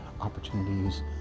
opportunities